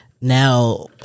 now